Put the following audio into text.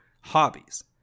hobbies